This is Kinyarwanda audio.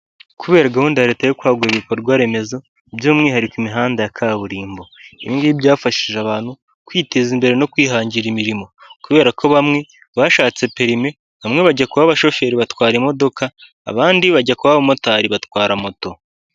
Kubera gahunda ya leta yo kwagura ibikorwa remezo by'umwihariko imihanda ya kaburimbo ibi ngibi byafashije abantu kwiteza imbere no kwihangira imirimo kubera ko bamwe bashatse perimi bamwe bajya kuba abashoferi batwara imodoka abandi bajya kuba abamotari batwara moto.